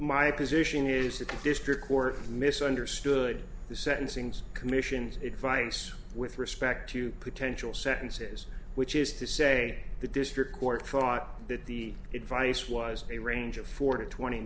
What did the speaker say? my position is that the district court misunderstood the sentencings commission's advice with respect to potential sentences which is to say the district court fought that the advice was a range of four to twenty